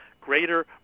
greater